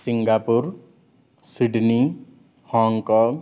Singapore Sydney Hong Kong